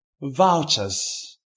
vouchers